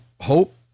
hope